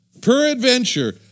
peradventure